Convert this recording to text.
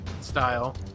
style